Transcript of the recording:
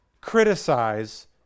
criticize